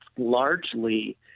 Largely